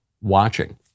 watching